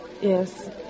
Yes